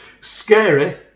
Scary